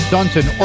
Dunton